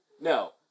No